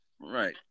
right